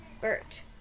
Bert